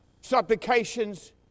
supplications